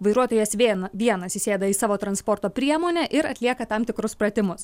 vairuotojas vėn vienas įsėda į savo transporto priemonę ir atlieka tam tikrus pratimus